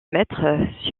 maître